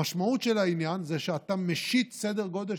המשמעות של העניין היא שאתה משית סדר גודל